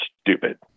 stupid